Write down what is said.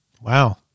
Wow